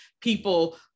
people